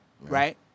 right